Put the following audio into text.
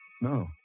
No